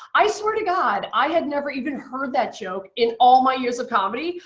i swear to god, i had never even heard that joke in all my years of comedy.